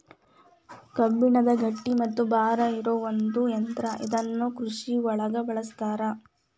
ಕಬ್ಬಣದ ಗಟ್ಟಿ ಮತ್ತ ಭಾರ ಇರು ಒಂದ ಯಂತ್ರಾ ಇದನ್ನ ಕೃಷಿ ಒಳಗು ಬಳಸ್ತಾರ